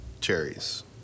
cherries